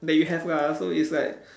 that you have lah so it's like